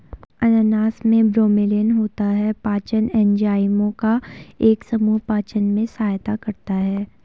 अनानास में ब्रोमेलैन होता है, पाचन एंजाइमों का एक समूह पाचन में सहायता करता है